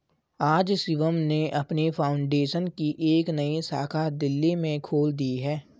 आज शिवम ने अपनी फाउंडेशन की एक नई शाखा दिल्ली में खोल दी है